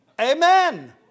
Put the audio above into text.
Amen